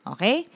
Okay